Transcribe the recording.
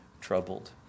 troubled